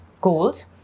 gold